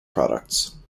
products